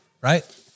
right